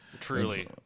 Truly